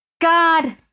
God